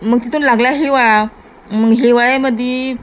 मग तिथून लागला हिवाळा मग हिवाळ्यामध्ये